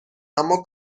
اما